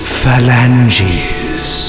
phalanges